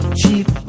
cheap